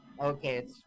Okay